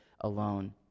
alone